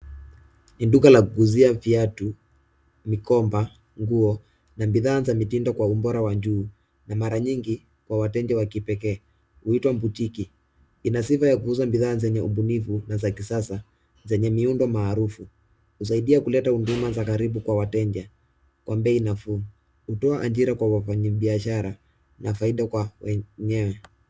Ni duka la kuuzia viatu, mikoba, nguo na bidhaa za mitindo kwa ubora wa juu, na mara nyingi kwa wateja wakipekee, huitwa boutique .Ina sifa ya kuuza bidhaa zenye ubunifu na za kisasa zenye muundo maarufu. Husaidia kuleta huduma za karibu kwa wateja, kwa bei nafuu, hutoa ajira kwa wafanyibiashara na faida kwa wenyewe.